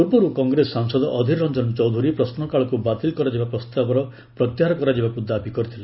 ପୂର୍ବରୁ କଂଗ୍ରେସ ସାଂସଦ ଅଧୀର୍ ରଞ୍ଜନ ଚୌଧୁରୀ ପ୍ରଶ୍ନକାଳକୁ ବାତିଲ କରାଯିବା ପ୍ରସ୍ତାବର ପ୍ରତ୍ୟାହାର କରାଯିବାକୁ ଦାବି କରିଥିଲେ